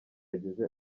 agize